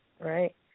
Right